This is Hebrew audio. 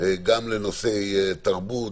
גם לנושאי תרבות,